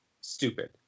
stupid